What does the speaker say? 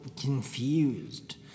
confused